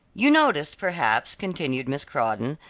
you noticed, perhaps, continued miss crawdon,